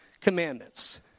commandments